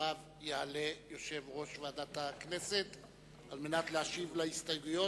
אחריו יעלה יושב-ראש ועדת הכנסת על מנת להשיב להסתייגויות.